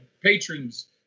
patrons